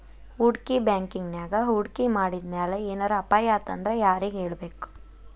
ಹೂಡ್ಕಿ ಬ್ಯಾಂಕಿನ್ಯಾಗ್ ಹೂಡ್ಕಿ ಮಾಡಿದ್ಮ್ಯಾಲೆ ಏನರ ಅಪಾಯಾತಂದ್ರ ಯಾರಿಗ್ ಹೇಳ್ಬೇಕ್?